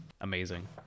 amazing